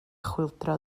chwyldro